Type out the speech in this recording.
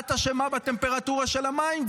את אשמה בטמפרטורה של המים,